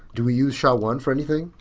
do we use sha one for anything?